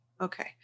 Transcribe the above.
okay